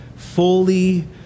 fully